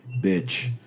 bitch